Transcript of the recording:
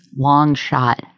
Longshot